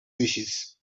wishes